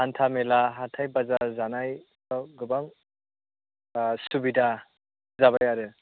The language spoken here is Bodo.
हान्थामेला हाथाइ बाजार जानायआव गोबां सुबिदा जाबाय आरो